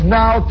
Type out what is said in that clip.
now